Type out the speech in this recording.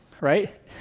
Right